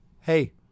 Hey